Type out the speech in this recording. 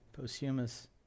Posthumous